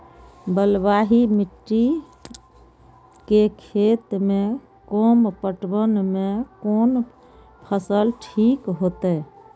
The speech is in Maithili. बलवाही मिट्टी के खेत में कम पटवन में कोन फसल ठीक होते?